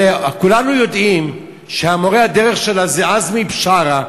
כולנו יודעים שמורה הדרך שלה זה עזמי בשארה,